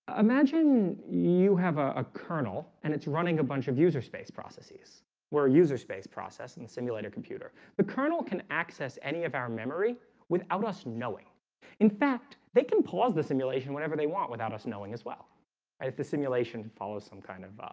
imagine you have ah a kernel and it's running a bunch of user space processes where a user space process in the simulator computer the kernel can access any of our memory without us knowing in fact, they can pause the simulation whenever they want without us knowing as well and if the simulation follows some kind of